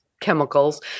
chemicals